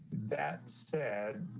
that said,